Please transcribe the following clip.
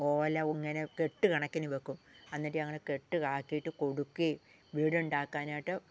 ഓല ഇങ്ങനെ കെട്ട് കണക്കിന് വെക്കും എന്നിട്ട് അങ്ങനെ കെട്ട് ആക്കിയിട്ട് കൊടുക്കുകയും വീടുണ്ടാക്കാനായിട്ട്